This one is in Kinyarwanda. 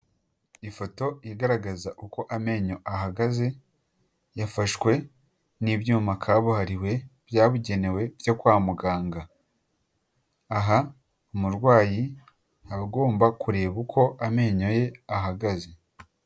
Ifoto igaragaza uko amenyo ahagaze, yafashwe n'ibyuma kabuhariwe byabugenewe byo kwa muganga, aha umurwayi aba agomba kureba uko amenyo ye ahagaze.